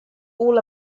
all